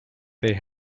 they